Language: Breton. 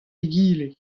egile